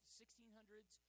1600s